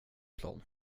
plan